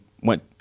went